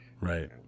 Right